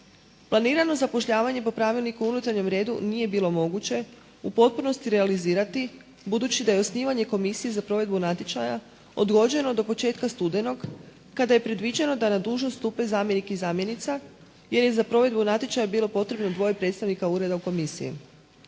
Planirano zapošljavanje po Pravilniku o unutarnjem redu nije bilo moguće u potpunosti realizirati budući da je osnivanje komisije za provedbu natječaja odgođeno do početka studenog, kada je predviđeno da na dužnost stupe zamjenik i zamjenica, jer je za provedbu natječaja bilo potrebno dvoje predstavnika ureda u komisiji.